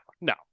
no